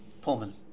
Pullman